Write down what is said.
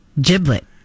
Giblet